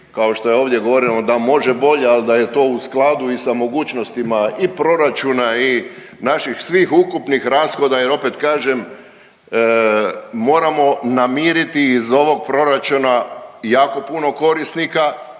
kao što je ovdje govoreno da može bolje al da je to u skladu i sa mogućnostima i proračuna i naših svih ukupnih rashoda jer opet kažem, moramo namiriti iz ovog proračuna jako puno korisnika,